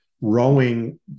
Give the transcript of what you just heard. rowing